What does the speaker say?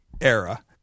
era